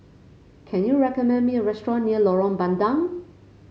can you recommend me a restaurant near Lorong Bandang